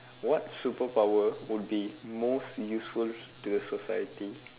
what superpower would be most useful to the society